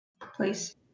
please